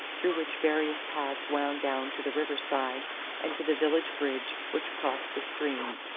through which various paths wound down to the river-side and to the village bridge which crossed the stream.